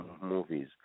movies